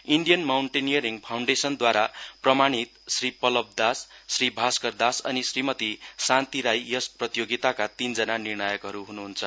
Indian mountaineering फाउण्डेशनद्वारा प्रमाणीत श्री पल्लभ दास श्री भाष्कर दास अनि श्रीमती शान्ति राई यस प्रतियोगिताका तीनजना निर्णायकहरू हुन्